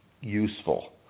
useful